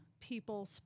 people